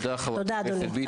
תודה, אדוני.